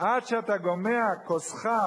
עד שאתה גומע כוסך,